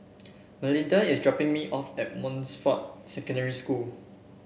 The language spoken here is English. Melinda is dropping me off at Montfort Secondary School